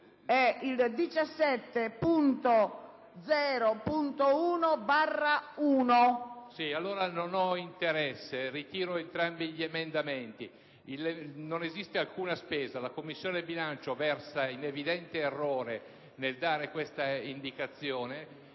17.0.1/1. CARUSO *(PdL)*. Allora, non ho interesse e ritiro entrambi gli emendamenti. Non esiste alcuna spesa; la Commissione bilancio versa in evidente errore nel dare questa indicazione.